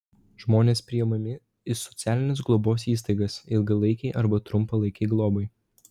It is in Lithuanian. žmonės priimami į socialinės globos įstaigas ilgalaikei arba trumpalaikei globai